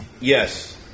Yes